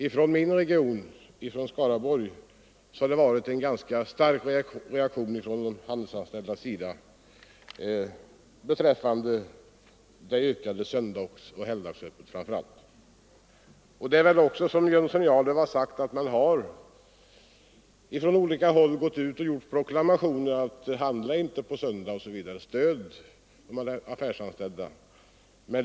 I min hemregion, Skaraborgs län, har det kommit en ganska kraftig reaktion från de handelsanställda mot ökat helgoch söndagsöppet. Som herr Jönsson i Arlöv sade har det från olika håll gjorts proklamationer om att man inte skall handla på söndagar utan stödja de affärsanställda.